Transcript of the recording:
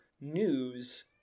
news